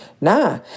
Nah